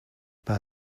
pas